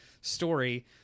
story